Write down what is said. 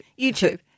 YouTube